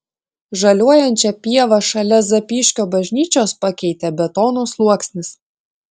žaliuojančią pievą šalia zapyškio bažnyčios pakeitė betono sluoksnis